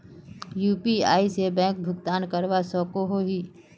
UPI से bank भुगतान करवा सकोहो ही?